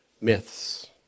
myths